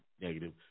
negative